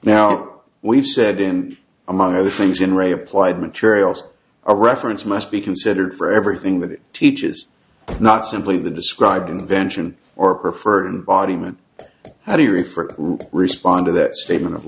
now we've said in among other things in re applied materials a reference must be considered for everything that it teaches not simply the described invention or preferred in body image how do you refer to respond to that statement of